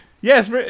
Yes